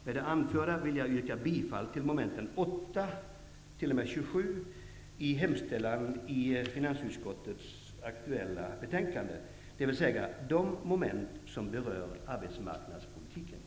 Med det anförda vill jag yrka bifall till mom. 8--27 i hemställan i finansutskottets betänkande 1, dvs. de moment som berör arbetsmarknadspolitiken.